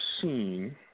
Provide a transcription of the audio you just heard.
seen